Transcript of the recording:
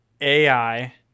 AI